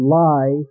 lie